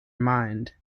mind